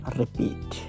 repeat